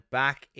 back